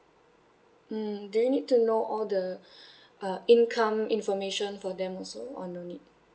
um do you need to know all the uh income information for them also or no need